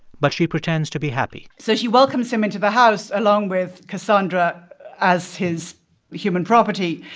but she pretends to be happy so she welcomes him into the house, along with cassandra as his human property.